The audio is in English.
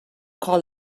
call